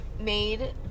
made